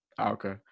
Okay